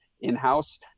in-house